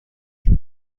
لطفا